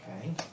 Okay